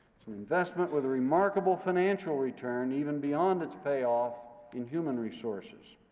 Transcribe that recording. it's an investment with a remarkable financial return, even beyond its payoff in human resources.